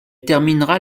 terminera